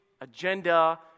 agenda